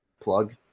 plug